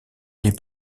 les